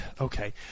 Okay